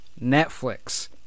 Netflix